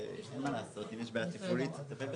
אם זה לא רק למטרופולין גוש דן,